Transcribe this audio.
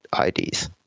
IDs